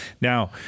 Now